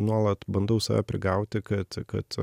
nuolat bandau save prigauti kad kad